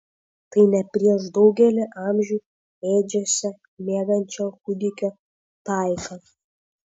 tai ne prieš daugelį amžių ėdžiose miegančio kūdikio taika